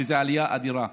וזאת עלייה אדירה.